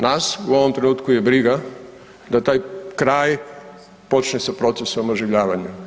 Nas u ovom trenutku je briga da taj kraj počne sa procesom oživljavanja.